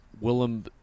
Willem